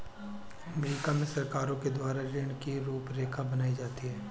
अमरीका में सरकारों के द्वारा ऋण की रूपरेखा बनाई जाती है